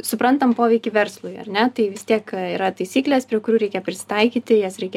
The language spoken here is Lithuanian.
suprantam poveikį verslui ar ne tai vis tiek yra taisyklės prie kurių reikia prisitaikyti jas reikia